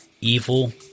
evil